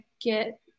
get